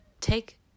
take